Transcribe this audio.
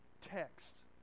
text